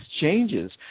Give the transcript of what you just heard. changes